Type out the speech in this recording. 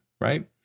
right